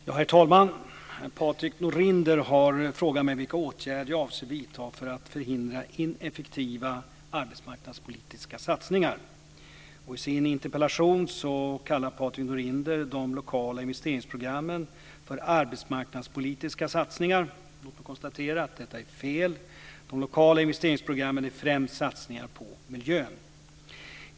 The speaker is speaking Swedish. Herr talman! Patrik Norinder har frågat mig vilka åtgärder jag avser att vidta för att förhindra ineffektiva arbetsmarknadspolitiska satsningar. I sin interpellation kallar Patrik Norinder de lokala investeringsprogrammen för arbetsmarknadspolitiska satsningar. Låt mig konstatera att detta är fel. De lokala investeringsprogrammen är främst satsningar på miljön.